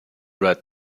red